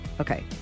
Okay